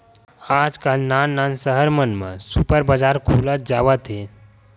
आजकाल नान नान सहर मन म सुपर बजार खुलत जावत हे